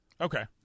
Okay